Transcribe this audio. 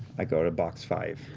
i go to box five.